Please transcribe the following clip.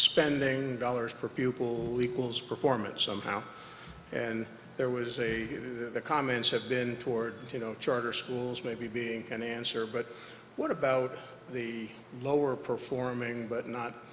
spending dollars per pupil equals performance somehow and there was a the comments have been towards charter schools maybe being can answer but what about the lower performing but not